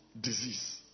disease